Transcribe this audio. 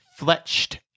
fletched